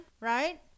right